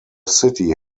city